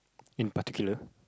in particular